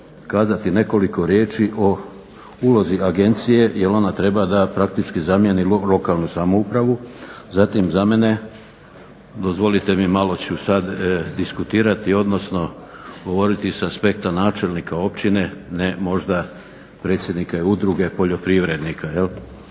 nekoliko riječi o ulozi agencije jer ona treba da praktički zamjeni lokalnu samoupravu. Zatim za mene dozvolite mi malo ću sada diskutirati odnosno govoriti sa aspekta načelnika općine, ne možda i predsjednika Udruge poljoprivrednika.